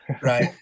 Right